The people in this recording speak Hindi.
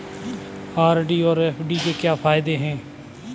आर.डी और एफ.डी के क्या फायदे हैं?